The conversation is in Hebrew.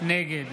נגד